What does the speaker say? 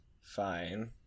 fine